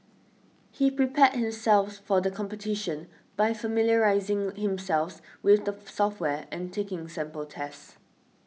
he prepared himself for the competition by familiarising himself with the software and taking sample tests